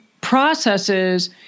processes